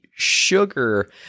sugar